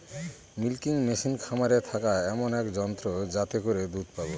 milking machine খামারে থাকা এমন এক যন্ত্র যাতে করে দুধ পাবো